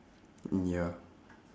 ya